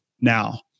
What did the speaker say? now